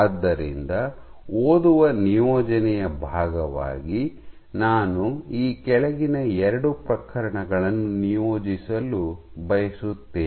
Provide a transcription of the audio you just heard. ಆದ್ದರಿಂದ ಓದುವ ನಿಯೋಜನೆಯ ಭಾಗವಾಗಿ ನಾನು ಈ ಕೆಳಗಿನ ಎರಡು ಪ್ರಕರಣಗಳನ್ನು ನಿಯೋಜಿಸಲು ಬಯಸುತ್ತೇನೆ